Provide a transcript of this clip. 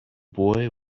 boy